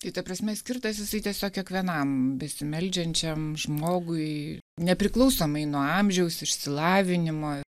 tai ta prasme skirtas jisai tiesiog kiekvienam besimeldžiančiam žmogui nepriklausomai nuo amžiaus išsilavinimo